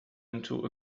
into